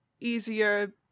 easier